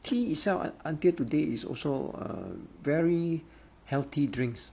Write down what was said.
tea itself until today is also uh very healthy drinks